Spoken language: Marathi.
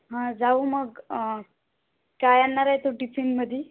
हं जाऊ मग अं काय आणणार आहे तू टिफिनमध्ये